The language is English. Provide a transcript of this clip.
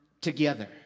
together